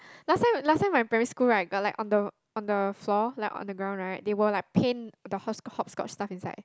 last time last time my primary school right got like on the on the floor like on the ground right they will paint the hopscotch hopscotch stuff inside